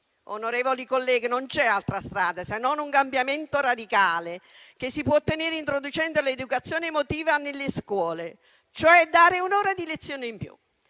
Onorevoli colleghi, non c'è altra strada se non un cambiamento radicale, che si può ottenere introducendo l'educazione emotiva nelle scuole, cioè dare un'ora di lezione in più.